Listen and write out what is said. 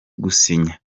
gusinya